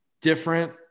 different